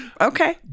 Okay